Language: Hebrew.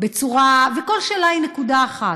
וכל שאלה היא נקודה אחת.